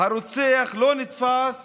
הרוצח לא נתפס